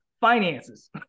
finances